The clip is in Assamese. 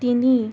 তিনি